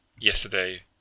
Yesterday